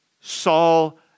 Saul